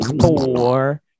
four